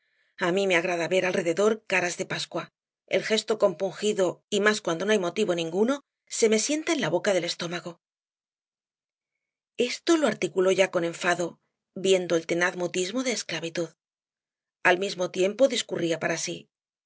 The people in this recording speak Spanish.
a mí me agrada ver alrededor caras de pascua el gesto compungido y más cuando no hay motivo ninguno se me sienta en la boca del estómago esto lo articuló ya con enfado viendo el tenaz mutismo de esclavitud al mismo tiempo discurría para sí